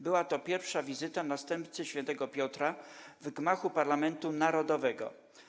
Była to pierwsza wizyta następcy św. Piotra w gmachu parlamentu narodowego.